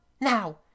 now